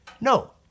No